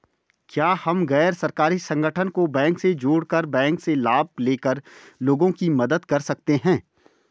क्या हम गैर सरकारी संगठन को बैंक से जोड़ कर बैंक से लाभ ले कर लोगों की मदद कर सकते हैं?